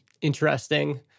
interesting